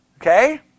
Okay